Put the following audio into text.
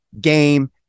game